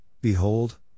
behold